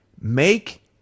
Make